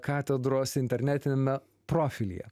katedros internetiniame profilyje